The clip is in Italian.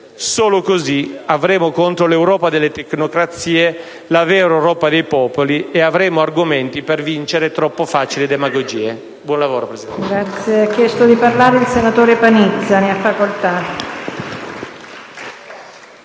Solo così avremo contro l'Europa delle tecnocrazie, la vera Europa dei popoli e avremo argomenti per vincere troppo facili demagogie. Buon lavoro, signor Presidente.